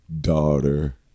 daughter